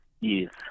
Yes